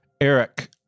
Eric